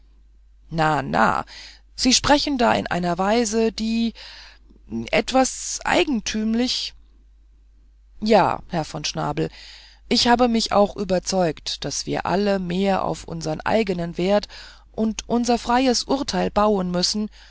na na sie sprechen da in einer weise die die etwas eigentümlich ja herr von schnabel ich habe mich auch überzeugt daß wir alle mehr auf unsern eignen wert und unser freies urteil bauen müssen